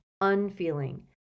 unfeeling